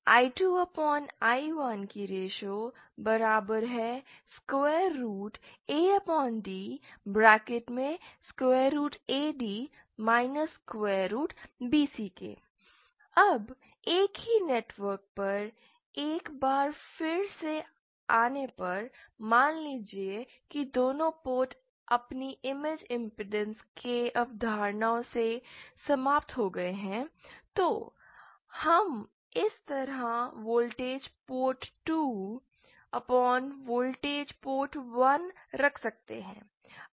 V2V1DAAD BC I2I1ADAD BC अब एक ही नेटवर्क पर एक बार फिर से आने पर मान लीजिए कि दोनों पोर्ट अपनी इमेज इमपेडेंस के अवरोधों से समाप्त हो गए हैं तो हम इस तरह वोल्टेज पोर्ट 2 वोल्टेज पोर्ट 1 रख सकते हैं